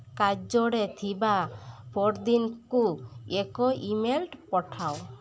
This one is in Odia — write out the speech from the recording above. କାର୍ଯ୍ୟରେ ଥିବା କୁ ଏକ ଇମେଲ୍ ପଠାଅ